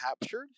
captured